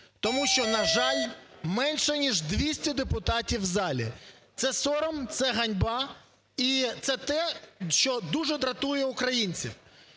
Тому що, на жаль, менше ніж 200 депутатів в залі. Це сором, це ганьба і це те, що дуже дратує українців.